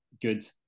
good